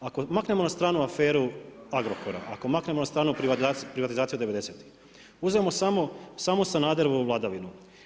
Ako maknemo na stranu aferu Agrokora, ako maknemo na stranu privatizaciju devedesetih, uzmimo samo Sanaderovu vladavinu.